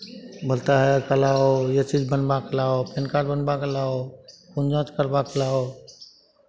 बोलता है कल आओ ये चीज़ बनवा के लाओ पैन कार्ड बनवाकर लाओ खून जाँच करवा के लाओ